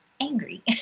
angry